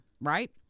right